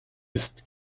ist